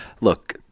Look